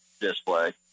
display